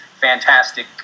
fantastic